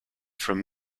from